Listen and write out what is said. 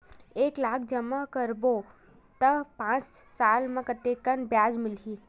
एक लाख जमा करबो त पांच साल म कतेकन ब्याज मिलही?